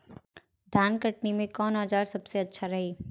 धान कटनी मे कौन औज़ार सबसे अच्छा रही?